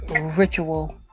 ritual